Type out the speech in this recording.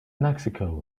mexico